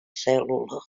cèl·lula